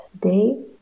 day